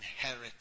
inherit